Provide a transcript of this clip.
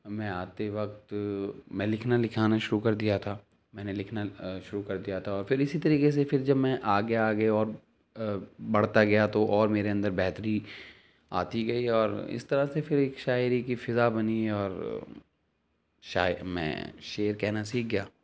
میں آتے وقت میں لکھنا لکھانا شروع کر دیا تھا میں نے لکھنا شروع کر دیا تھا اور پھر اسی طریقے سے پھر جب میں آگے آگے اور بڑھتا گیا تو اور میرے اندر بہتری آتی گئی اور اس طرح سے پھر ایک شاعری کی فضا بنی اور شاعر میں شعر کہنا سیکھ گیا